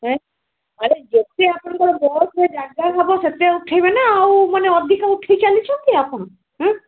ଏଁ ଆରେ ଯେତେ ଆପଣଙ୍କ ବସ୍ରେ ଜାଗା ହବ ସେତେ ଉଠେଇବେ ନା ଆଉ ମାନେ ଅଧିକା ଉଠେଇ ଚାଲିଛନ୍ତି ଆପଣ